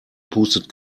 pustet